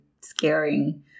scaring